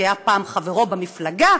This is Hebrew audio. שהיה פעם חברו במפלגה,